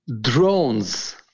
drones